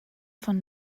von